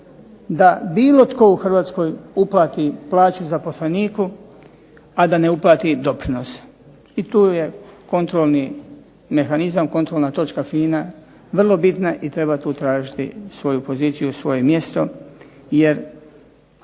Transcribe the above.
da bilo tko u Hrvatskoj uplati plaću zaposleniku, a da ne uplati doprinose. I tu je kontrolni mehanizam, kontrolna točka FINA vrlo bitna i treba tu tražiti svoju poziciju, svoje mjesto jer